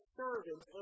servant